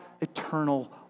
eternal